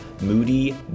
moody